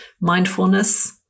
mindfulness